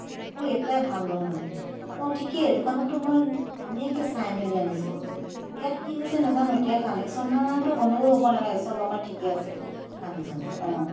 একো এটাই ভাল নহয় মানে অঁ ঠিকেই দোকানততো মই ধুনীয়াকৈ চাই মেলি আনিছোঁ ইয়াত কি হৈছে নাজানো এতিয়া কানেকশ্যনৰতো গণ্ডগোল হ'ব নালাগে চব আমাৰ ঠিকে আছে কানেকশ্যনটো অঁ